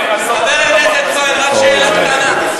חבר הכנסת כהן, רק שאלה קטנה.